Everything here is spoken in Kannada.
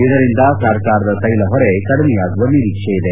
ಇದರಿಂದ ಸರ್ಕಾರದ ತೈಲ ಹೊರೆ ಕಡಿಮೆಯಾಗುವ ನಿರೀಕ್ಷೆ ಇದೆ